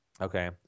Okay